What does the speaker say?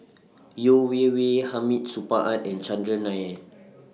Yeo Wei Wei Hamid Supaat and Chandran Nair